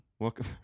Welcome